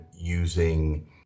using